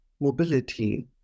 mobility